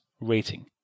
rating